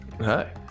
Hi